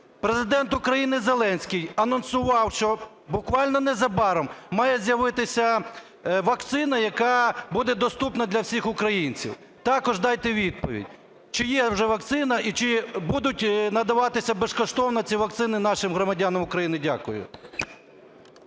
Президент України Зеленський анонсував, що буквально незабаром має з'явитися вакцина, яка буде доступна для всіх українців. Також дайте відповідь, чи є вже вакцина і чи будуть надаватися безкоштовно ці вакцини нашим громадянам України? Дякую.